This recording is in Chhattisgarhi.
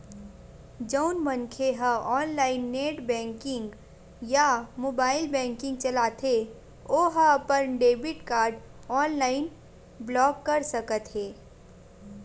जउन मनखे ह ऑनलाईन नेट बेंकिंग या मोबाईल बेंकिंग चलाथे ओ ह अपन डेबिट कारड ऑनलाईन ब्लॉक कर सकत हे